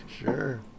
sure